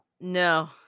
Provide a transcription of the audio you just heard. No